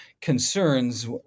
concerns